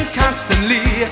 constantly